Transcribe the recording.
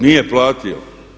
Nije platio.